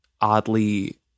oddly